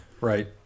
Right